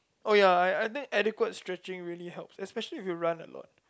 oh ya I I think adequate stretching really helps especially if you run a lot